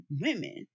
women